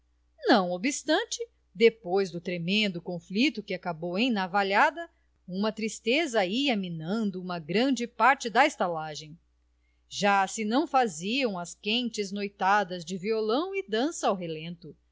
não obstante depois do tremendo conflito que acabou em navalhada uma tristeza ia minando uma grande parte da estalagem já se não faziam as quentes noitadas de violão e dança ao relento